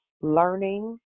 learning